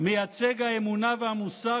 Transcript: מייצג האמונה והמוסר,